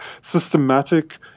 systematic